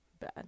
bad